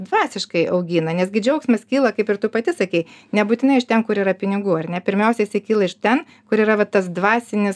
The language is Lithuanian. dvasiškai augina nesgi džiaugsmas kyla kaip ir tu pati sakei nebūtinai iš ten kur yra pinigų ar ne pirmiausiai jisai kyla iš ten kur yra va tas dvasinis